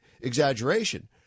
exaggeration